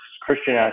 christian